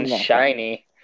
Shiny